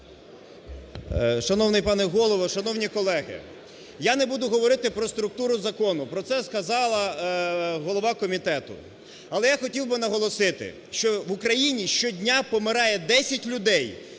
Шановний пане Голово, шановні колеги! Я не буду говорити про структуру закону, про це сказала голова комітету. Але я хотів би наголосити, що в Україні щодня помирає 10 людей